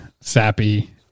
sappy